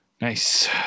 Nice